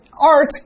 art